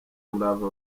umurava